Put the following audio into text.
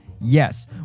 Yes